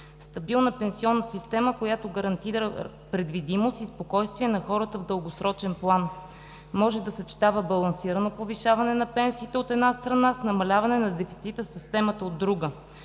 „Стабилна пенсионна система, която гарантира предвидимост и спокойствие на хората в дългосрочен план. Може да съчетава балансирано повишаване на пенсията, от една страна, с намаляване на дефицита в системата, от друга.